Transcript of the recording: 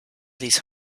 these